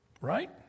Right